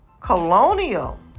colonial